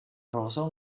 rozo